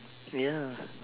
ya